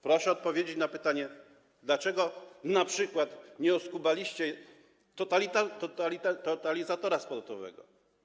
Proszę odpowiedzieć na pytanie, dlaczego np. nie oskubaliście Totalizatora Sportowego.